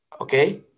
Okay